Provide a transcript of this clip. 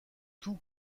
tout